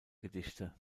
gedichte